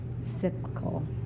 cyclical